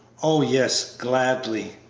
oh, yes gladly.